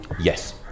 Yes